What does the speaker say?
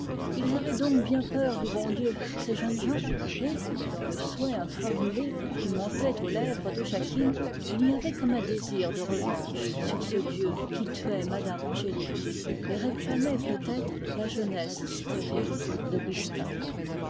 ils avaient donc bien peur du bon dieu ces jeunes gens et dans le souhait informulé qui montait aux lèvres de jacquine il y avait comme un désir de revanche sur ce dieu qui tuait mme de chanteprie et qui réclamait peut-être la jeunesse stérile